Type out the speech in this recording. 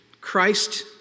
christ